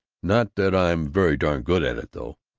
not that i'm very darn good at it, though.